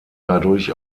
dadurch